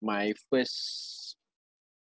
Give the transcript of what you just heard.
my first